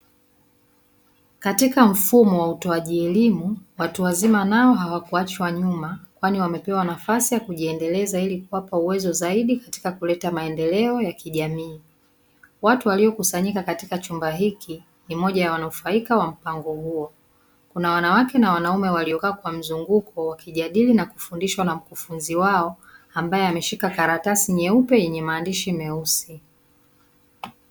Katika mfumo wa utoaji elimu watu wazima nao hawakuachwa nyuma kwani wamepewa nafasi ya kujiendeleza ili kuwapa uwezo zaidi katika kuleta maendeleo ya kijamii. Watu waliokusanyika katika chumba hiki ni moja ya wanufaika wa mpango huo. Kuna wanawake na wanaume waliokaa kwa mzunguko wakijadili na kufundishwa na mkufunzi wao ambae ameshika karatasi nyeupe yenye maandishi meusi.